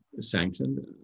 sanctioned